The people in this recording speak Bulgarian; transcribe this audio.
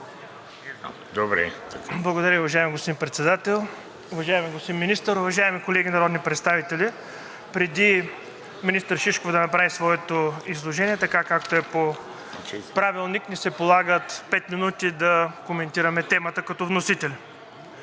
Благодаря, уважаеми господин Председател. Уважаеми господин Министър, уважаеми колеги народни представители! Преди министър Шишков да направи своето изложение, така както е по Правилник, ми се полагат пет минути да коментираме темата като вносители.